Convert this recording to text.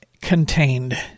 contained